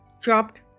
chopped